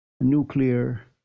nuclear